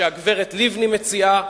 שהגברת לבני מציעה.